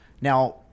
Now